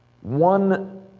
One